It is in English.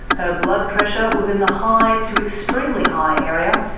her blood pressure was in the high to extremely high area,